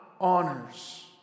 honors